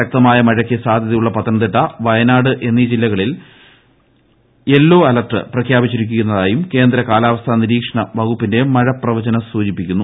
ശക്തമായ മഴയ്ക്ക് സാധ്യതയുള്ള പത്തുന്നുതിട്ട വയനാട് എന്നീ ജില്ലകളിൽ യെല്ലോ അലേർട്ട് പ്രിഖ്യാപിച്ചിരിക്കുന്നതായും കേന്ദ്ര കാലാവസ്ഥ നിരീക്ഷണ വകുപ്പിട്ട്ട്ന്റ് മഴ പ്രവചനം സൂചിപ്പിക്കുന്നു